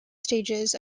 stages